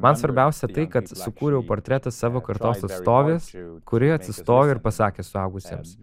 man svarbiausia tai kad sukūriau portretą savo kartos atstovės kuri atsistojo ir pasakė suaugusiems